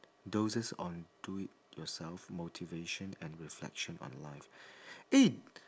doses on do it yourself motivation and reflection on life eh